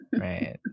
right